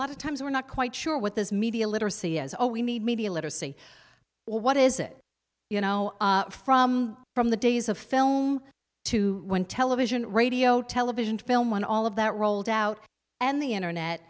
lot of times we're not quite sure what this media literacy is all we need media literacy what is it you know from from the days of film to when television radio television film one all of that rolled out and the internet